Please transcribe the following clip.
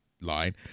line